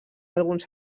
alguns